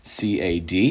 CAD